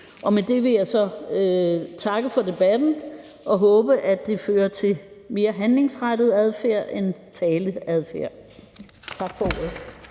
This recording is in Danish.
Med det vil jeg så takke for debatten og håbe, at det fører til mere handlingsrettet adfærd end taleadfærd. Tak for ordet.